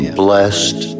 blessed